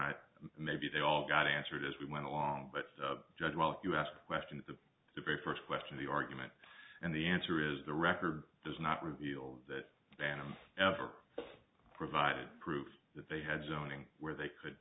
i maybe they all got answered as we went along but judge well if you ask a question to the very first question the argument and the answer is the record does not reveal that banham ever provided proof that they had zoning where they could